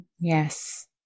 Yes